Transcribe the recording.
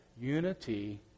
Unity